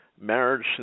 marriage